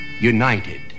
United